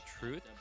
Truth